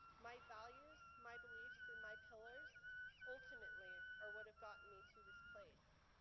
my values, my beliefs, and my pillars ultimately are what have gotten me to this place.